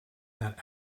that